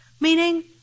Meaning